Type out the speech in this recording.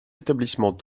établissements